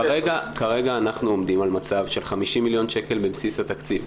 כרגע אנחנו עומדים על מצב של 50 מיליון שקל בבסיס התקציב.